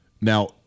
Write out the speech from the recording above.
now